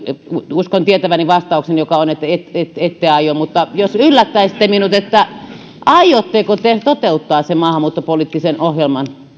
uskon tietäväni vastauksen joka on että ette aio mutta jos yllättäisitte minut aiotteko te toteuttaa sen maahanmuuttopoliittisen ohjelman